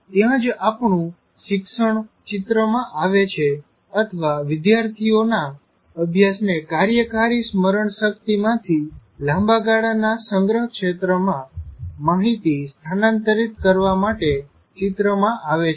ત્યાં જ આપણું શિક્ષણ ચિત્ર માં આવે છે અથવા વિદ્યાર્થીઓના અભ્યાસને કાર્યકારી સ્મરણ શક્તિ માંથી લાંબા ગાળાના સંગ્રહ ક્ષેત્રમાં માહીતી સ્થાનાંતરિત કરવા માટે ચિત્રમાં આવે છે